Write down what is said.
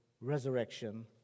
resurrection